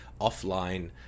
offline